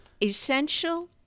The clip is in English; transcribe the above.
Essential